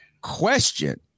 question